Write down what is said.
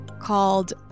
called